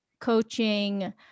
coaching